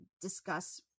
discuss